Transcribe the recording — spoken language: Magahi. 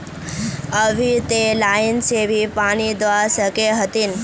अभी ते लाइन से भी पानी दा सके हथीन?